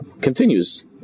continues